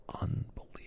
unbelievable